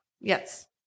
Yes